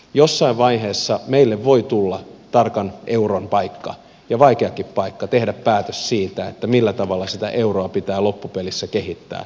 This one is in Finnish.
jossain vaiheessa meille voi tulla tarkan euron paikka ja vaikeakin paikka tehdä päätös siitä millä tavalla sitä euroa pitää loppupelissä kehittää